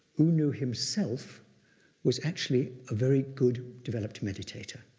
u nu himself was actually a very good developed meditator.